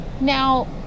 Now